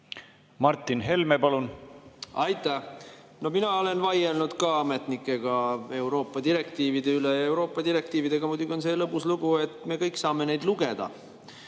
Martin Helme, palun! Aitäh! No mina olen ka vaielnud ametnikega Euroopa direktiivide üle. Euroopa direktiividega muidugi on see lõbus lugu, et me kõik saame neid lugeda.